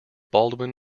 baldwin